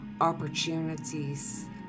opportunities